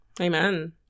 Amen